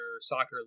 soccer